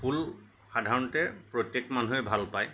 ফুল সাধাৰণতে প্ৰত্য়েক মানুহেই ভালপায়